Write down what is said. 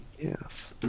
Yes